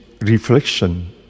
reflection